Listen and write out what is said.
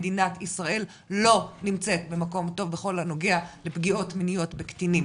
מגינת ישראל לא נמצאת במקום טוב בכל הנוגע בפגיעות מיניות בקטינים,